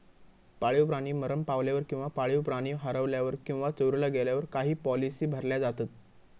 पाळीव प्राणी मरण पावल्यावर किंवा पाळीव प्राणी हरवल्यावर किंवा चोरीला गेल्यावर काही पॉलिसी भरल्या जातत